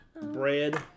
Bread